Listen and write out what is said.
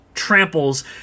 tramples